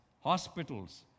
hospitals